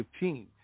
15